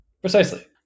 Precisely